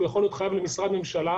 יכול להיות חייב למשרד ממשלה,